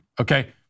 Okay